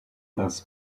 das